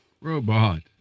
robot